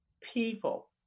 people